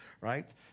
right